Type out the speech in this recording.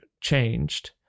changed